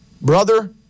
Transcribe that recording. brother